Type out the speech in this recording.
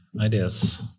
ideas